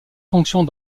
fonctions